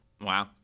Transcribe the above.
Wow